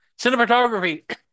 Cinematography